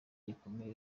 rikomeye